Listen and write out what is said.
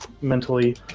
Mentally